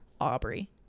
Aubrey